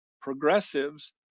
progressives